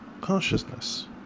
consciousness